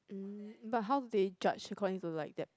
mm but how they judge according to like that